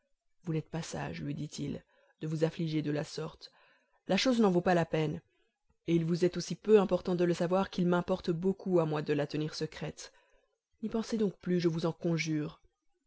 vous n'êtes pas sage lui dit-il de vous affliger de la sorte la chose n'en vaut pas la peine et il vous est aussi peu important de la savoir qu'il m'importe beaucoup à moi de la tenir secrète n'y pensez donc plus je vous en conjure